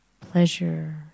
pleasure